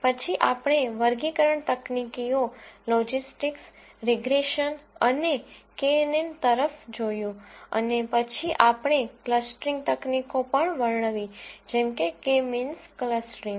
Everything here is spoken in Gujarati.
પછી આપણે વર્ગીકરણ તકનીકીઓ લોજિસ્ટિક્સ રીગ્રેસન અને કેએનએન તરફ જોયું અને પછી આપણે ક્લસ્ટરિંગ તકનીકો પણ વર્ણવી જેમ કે મીન્સ ક્લસ્ટરિંગ